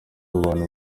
abantu